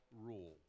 Rule